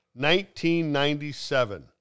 1997